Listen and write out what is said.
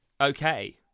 okay